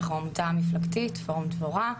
אנחנו עמותה מפלגתית "פורום דבורה".